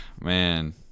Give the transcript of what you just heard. man